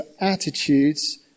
attitudes